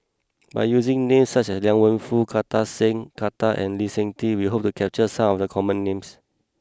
by using names such as Liang Wenfu Kartar Singh Thakral and Lee Seng Tee we hope to capture some of the common names